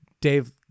dave